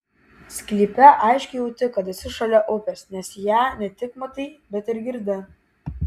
sklype aiškiai jauti kad esi šalia upės nes ją ne tik matai bet ir girdi